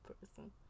person